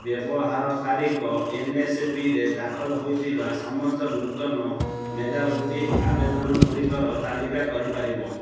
ବ୍ୟବହାରକାରୀଙ୍କ ଏନ୍ଏସ୍ପିରେ ଦାଖଲ ହୋଇଥିବା ସମସ୍ତ ନୂତନ ମେଧାବୃତ୍ତି ଆବେଦନଗୁଡ଼ିକର ତାଲିକା କରିପାରିବ